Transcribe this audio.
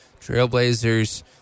Trailblazers